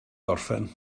gorffen